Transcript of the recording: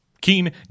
Keen